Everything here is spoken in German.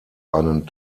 einen